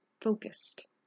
focused